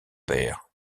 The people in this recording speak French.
père